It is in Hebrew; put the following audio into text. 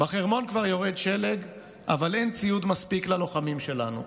"בחרמון כבר יורד שלג אבל אין ציוד ללוחמים שלנו",